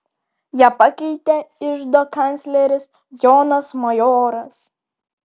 ją pakeitė iždo kancleris jonas majoras